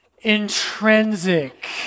intrinsic